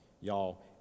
Y'all